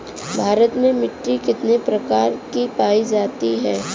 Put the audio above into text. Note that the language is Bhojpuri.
भारत में मिट्टी कितने प्रकार की पाई जाती हैं?